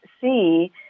see